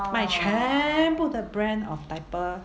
卖全部的 brand of diaper